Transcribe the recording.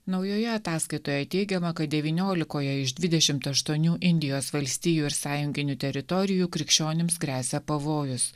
naujoje ataskaitoje teigiama kad devyniolikoje iš dvidešimt aštuonių indijos valstijų ir sąjunginių teritorijų krikščionims gresia pavojus